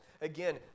Again